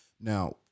Now